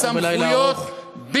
אנחנו בלילה ארוך.